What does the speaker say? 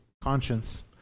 conscience